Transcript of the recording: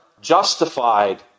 justified